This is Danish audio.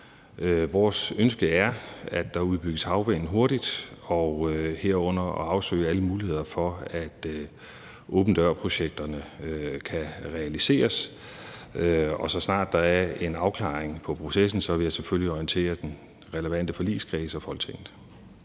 Vores ønske er, at der udbygges havvind hurtigt, herunder at der afsøges alle muligheder for, at åben dør-projekterne kan realiseres. Og så snart der er en afklaring på processen, vil jeg selvfølgelig orientere den relevante forligskreds og Folketinget.